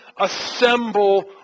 assemble